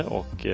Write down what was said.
och